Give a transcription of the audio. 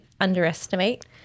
underestimate